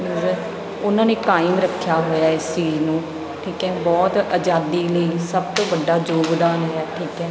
means ਉਹਨਾਂ ਨੇ ਕਾਇਮ ਰੱਖਿਆ ਹੋਇਆ ਇਸ ਚੀਜ਼ ਨੂੰ ਠੀਕ ਹੈ ਬਹੁਤ ਆਜ਼ਾਦੀ ਲਈ ਸਭ ਤੋਂ ਵੱਡਾ ਯੋਗਦਾਨ ਹੈ ਠੀਕ ਹੈ